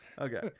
Okay